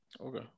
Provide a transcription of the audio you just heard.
Okay